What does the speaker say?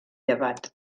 llevat